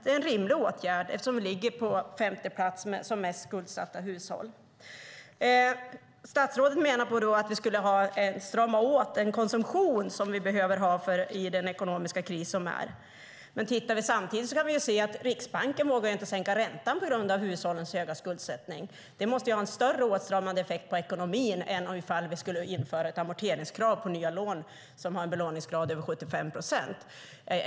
Det är en rimlig åtgärd eftersom vi ligger på femte plats när det gäller mest skuldsatta hushåll. Statsrådet menar att vi skulle strama åt den konsumtion som vi behöver ha i den ekonomiska kris som är. Men samtidigt kan vi se att Riksbanken inte vågar sänka räntan på grund av hushållens höga skuldsättning. Det måste ju ha en större åtstramande effekt på ekonomin än om vi skulle införa ett amorteringskrav på nya lån när det är en belåningsgrad över 75 procent.